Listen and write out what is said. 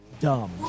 dumb